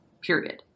period